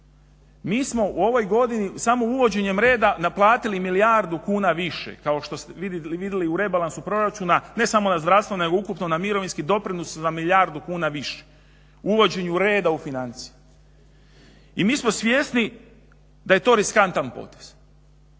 Mi smo u ovoj godini, samo uvođenjem reda naplatili milijardu kuna više, kao što ste vidjeli na rebalansu proračuna, ne samo na zdravstvu, nego ukupno na mirovinskim doprinosima, milijardu kuna više, uvođenje reda u financije. I mi smo svjesni da je to riskantan potez,